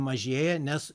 mažėja nes